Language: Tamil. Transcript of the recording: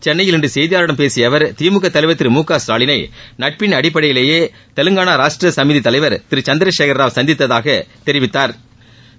சென்னையில் இன்று செய்தியாளர்களிடம் பேசிய அவர் திமுக தலைவர் திரு மு க ஸ்டாலினை நட்பின் அடிப்படையிலேயே தெலங்கான ராஷ்ட்ர சமீதி தலைவர் திரு சந்திரசேகரராவ் சந்திப்பதாகத் தெரிவித்தாா்